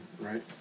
right